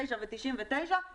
כפי שאמרת קודם לכן,